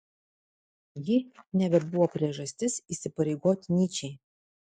ji nebebuvo priežastis įsipareigoti nyčei